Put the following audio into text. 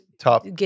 top